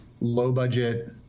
low-budget